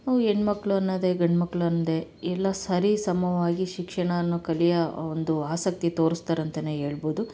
ಹೆಣ್ಮಕ್ಳ್ ಅನ್ನದೇ ಗಂಡ್ಮಕ್ಳು ಅನ್ನದೇ ಎಲ್ಲ ಸರಿ ಸಮವಾಗಿ ಶಿಕ್ಷಣವನ್ನು ಕಲಿಯ ಒಂದು ಆಸಕ್ತಿ ತೋರುಸ್ತಾರೆ ಅಂತನೇ ಹೇಳ್ಬೋದು